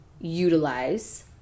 utilize